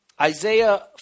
Isaiah